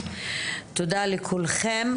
תודה לכולכם.